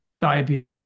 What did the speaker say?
diabetes